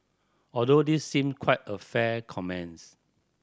although this seem quite a fair comments